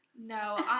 No